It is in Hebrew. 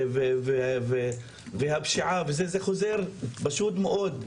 פשוט מאוד.